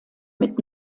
mit